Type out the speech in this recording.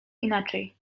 inaczej